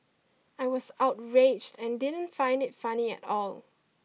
I was outraged and didn't find it funny at all